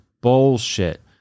bullshit